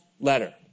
letter